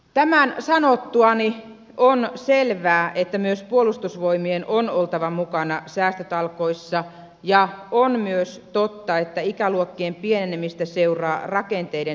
tämän sanottuani on selvää että myös puolustusvoimien on oltava mukana säästötalkoissa ja on myös totta että ikäluokkien pienenemistä seuraa rakenteiden sopeuttamisen tarve